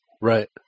Right